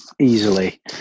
easily